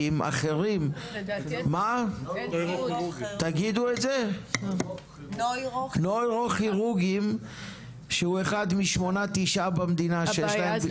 נוירוכירורגים אחרים כשהוא אחד משמונה-תשעה במדינה שיש להם?